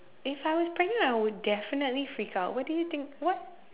if I was pregnant I would definitely freak out what do you think what